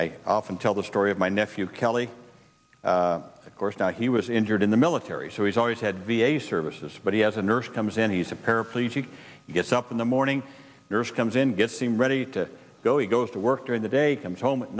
i often tell the story of my nephew kelly of course now he was injured in the military so he's always had v a services but he has a nurse comes in he's a paraplegic gets up in the morning nurse comes in getting ready to go he goes to work during the day comes home at